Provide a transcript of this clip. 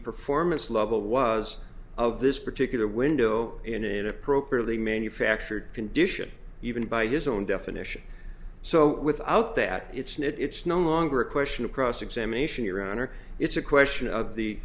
performance level was of this particular window in an appropriately manufactured condition even by his own definition so without that it's nit it's no longer a question of cross examination your honor it's a question of the